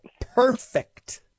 perfect